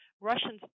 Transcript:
Russians